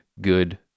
good